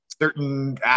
certain